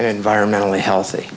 environmentally healthy